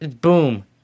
boom